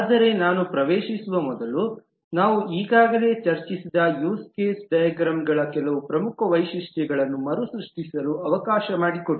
ಆದರೆ ನಾನು ಪ್ರವೇಶಿಸುವ ಮೊದಲು ನಾವು ಈಗಾಗಲೇ ಚರ್ಚಿಸಿದ ಯೂಸ್ ಕೇಸ್ ಡೈಗ್ರಾಮ್ಗಳ ಕೆಲವು ಪ್ರಮುಖ ವೈಶಿಷ್ಟ್ಯಗಳನ್ನು ಮರುಸೃಷ್ಟಿಸಲು ಅವಕಾಶ ಮಾಡಿಕೊಡಿ